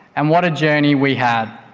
and what a journey we had.